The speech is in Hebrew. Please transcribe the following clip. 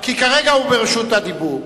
כי כרגע הוא ברשות דיבור.